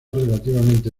relativamente